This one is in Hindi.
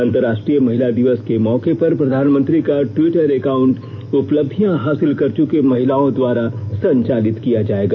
अंतरराष्ट्रीय महिला दिवस के मौके पर प्रधानमंत्री का ट्विटर अकांउट उपलब्धियां हासिल कर चुकी महिलाओं द्वारा संचालित किया जाएगा